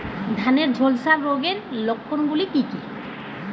ধানের ঝলসা রোগের লক্ষণগুলি কি কি?